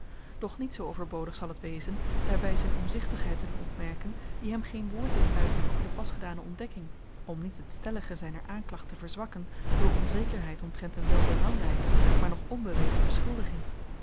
doch niet zoo overbodig zal t wezen daarby zyn omzichtigheid te doen opmerken die hem geen woord deed uiten over de pas gedane ontdekking om niet het stellige zyner aanklacht te verzwakken door onzekerheid omtrent een wel belangryke maar nog onbewezen beschuldiging